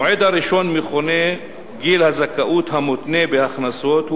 המועד הראשון מכונה גיל הזכאות המותנה בהכנסות,